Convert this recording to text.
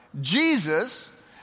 Jesus